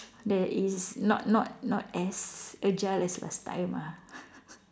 there is not not not as agile as last time ah